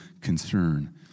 concern